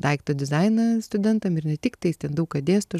daikto dizainą studentam ir ne tik tai jis ten daug ką dėsto